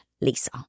lisa